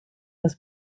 les